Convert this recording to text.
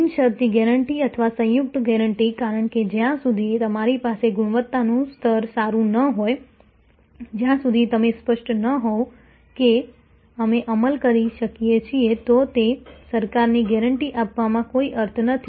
બિનશરતી ગેરંટી અથવા સંયુક્ત ગેરંટી કારણ કે જ્યાં સુધી તમારી પાસે ગુણવત્તાનું સ્તર સારું ન હોય જ્યાં સુધી તમે સ્પષ્ટ ન હો કે અમે અમલ કરી શકીએ છીએ તો તે પ્રકારની ગેરંટી આપવામાં કોઈ અર્થ નથી